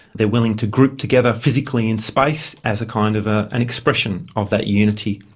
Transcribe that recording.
they are willing to group together physically in space as a kind of an and expression of that unity.